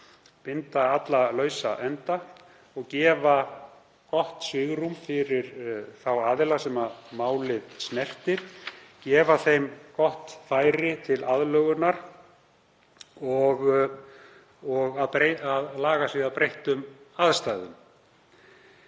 binda alla lausa enda og gefa gott svigrúm fyrir þá aðila sem málið snertir, gefa þeim gott færi til að laga sig að breyttum aðstæðum.